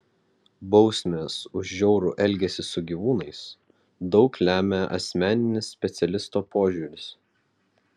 bausmės už žiaurų elgesį su gyvūnais daug lemia asmeninis specialisto požiūris